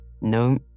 No